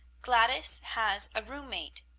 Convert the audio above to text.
gladys has a room-mate.